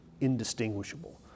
indistinguishable